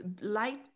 light